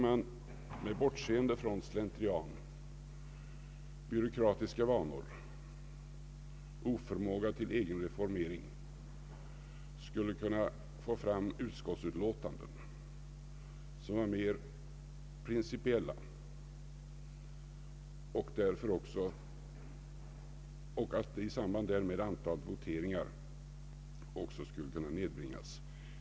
Med bortseende från slentrian, och byråkratiska vanor borde man kunna få fram utskottsutlåtanden som var mer principiella. I samband härmed skulle också antalet voteringar kunna nedbringas.